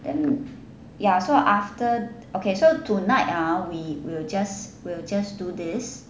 then ya so after dinner tonight we we just we just do this